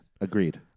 agreed